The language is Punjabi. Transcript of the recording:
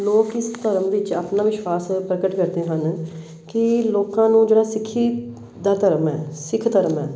ਲੋਕ ਇਸ ਧਰਮ ਵਿੱਚ ਆਪਣਾ ਵਿਸ਼ਵਾਸ ਪ੍ਰਗਟ ਕਰਦੇ ਹਨ ਕਿ ਲੋਕਾਂ ਨੂੰ ਜਿਹੜਾ ਸਿੱਖੀ ਦਾ ਧਰਮ ਹੈ ਸਿੱਖ ਧਰਮ ਹੈ